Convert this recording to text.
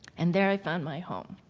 and there i found my home.